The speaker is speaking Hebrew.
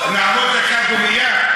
נעמוד דקה דומייה?